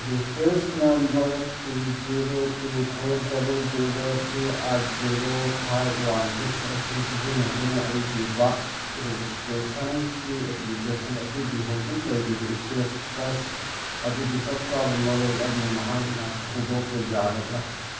reference number two zero two four double zero three eight zero five one six ꯑꯁꯤ ꯁꯤꯖꯤꯟꯅꯗꯨꯅ ꯑꯩꯒꯤ ꯕꯥꯠ ꯔꯦꯖꯤꯁꯇ꯭ꯔꯦꯁꯟꯒꯤ ꯑꯦꯄ꯭ꯂꯤꯀꯦꯁꯜ ꯑꯗꯨꯒꯤ ꯍꯧꯖꯤꯛ ꯂꯩꯔꯤꯕ ꯏꯁꯇꯦꯁꯇꯁ ꯑꯗꯨꯒꯤ ꯆꯞ ꯆꯥꯕ ꯃꯔꯣꯜ ꯑꯃ ꯅꯍꯥꯛꯅ ꯈꯪꯗꯣꯛꯄ ꯌꯥꯒꯗ꯭ꯔ